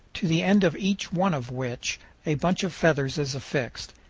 to the end of each one of which a bunch of feathers is affixed.